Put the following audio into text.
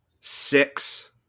six